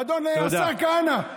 אדון השר כהנא,